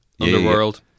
Underworld